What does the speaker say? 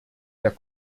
der